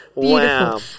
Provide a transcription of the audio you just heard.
Beautiful